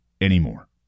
anymore